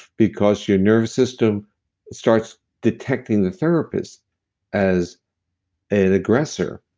because your nervous system starts detecting the therapist as an aggressor.